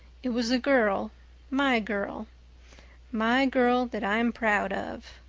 it was a girl my girl my girl that i'm proud of.